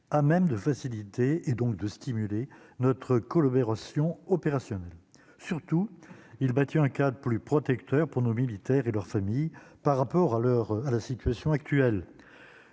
à même de faciliter et donc de stimuler notre Colbert Haution opérationnel surtout il battu un cadre plus protecteur pour nos militaires et leurs familles par rapport à l'heure à la situation actuelle,